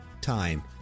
time